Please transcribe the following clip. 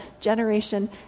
generation